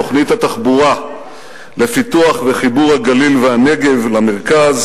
תוכנית התחבורה לפיתוח וחיבור הגליל והנגב למרכז,